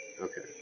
okay